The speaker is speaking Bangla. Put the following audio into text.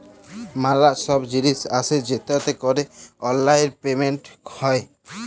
ম্যালা ছব জিলিস আসে যেটতে ক্যরে অললাইল পেমেলট হ্যয়